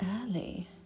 early